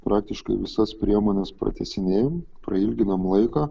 praktiškai visas priemones pratęsinėjam prailginam laiką